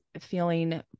feeling